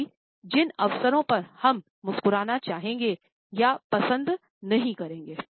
साथ ही जिन अवसरों पर हम मुस्कुराना चाहेंगे या पसंद नहीं करेंगे